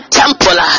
temple